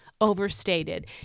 overstated